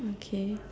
okay